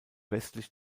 westlich